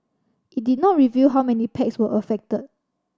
it did not reveal how many packs were affected